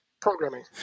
programming